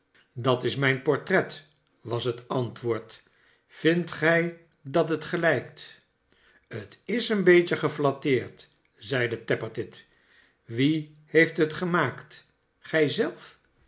dat is mijn portret was het antwoord vindt gij dat het gelijkt hetis eenbeetje gerlatteerd zeide tappertit wie heeft het gemaakt